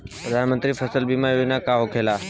प्रधानमंत्री फसल बीमा योजना का होखेला?